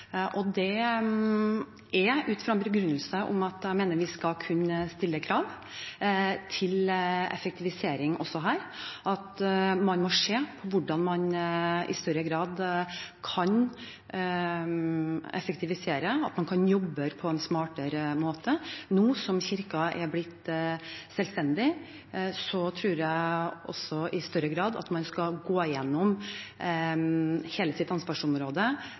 kirke. Det er ut fra den begrunnelsen at jeg mener vi skal kunne stille krav til effektivisering også her – at man må se på hvordan man i større grad kan effektivisere og jobbe på en smartere måte. Nå som Kirken er blitt selvstendig, tror jeg også at man i større grad skal gå gjennom hele